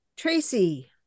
Tracy